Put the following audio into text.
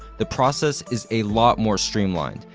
the process is a lot more streamlined,